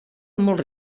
molt